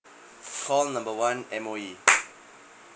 full number one M_O_E